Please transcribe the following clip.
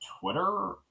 twitter